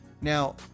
Now